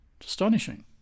Astonishing